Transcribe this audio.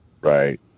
right